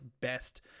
best